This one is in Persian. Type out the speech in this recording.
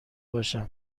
باشم